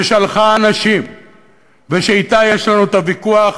ששלחה אנשים ושאתה יש לנו את הוויכוח,